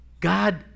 God